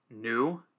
new